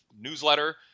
newsletter